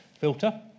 filter